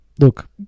look